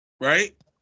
right